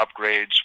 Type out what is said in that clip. upgrades